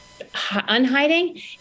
unhiding